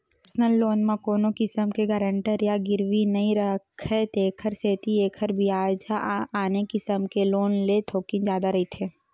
personal loan म कोनो किसम के गारंटर या गिरवी नइ राखय तेखर सेती एखर बियाज ह आने किसम के लोन ले थोकिन जादा रहिथे